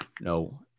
No